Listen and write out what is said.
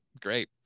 great